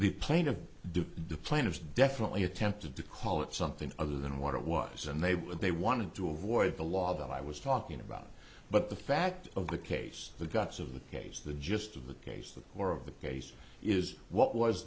is definitely attempted to call it something other than what it was and they would they wanted to avoid the law that i was talking about but the fact of the case the guts of the case the gist of the case the core of the case is what was